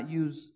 use